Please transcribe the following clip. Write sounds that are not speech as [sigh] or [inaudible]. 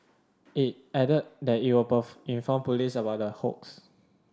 it added that it would [unintelligible] inform police about the hoax